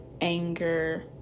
anger